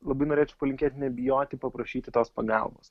labai norėčiau palinkėti nebijoti paprašyti tos pagalbos